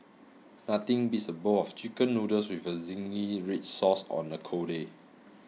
nothing beats a bowl of chicken noodles with a zingy red sauce on a cold day